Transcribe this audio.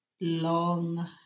long